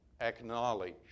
Acknowledge